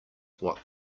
what